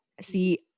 see